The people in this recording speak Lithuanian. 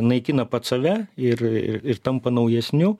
naikina pats save ir ir tampa naujesniu